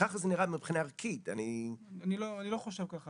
ככה זה נראה מבחינה ערכית --- אני לא חושב כך,